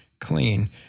clean